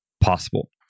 possible